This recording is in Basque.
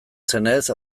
zenez